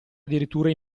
addirittura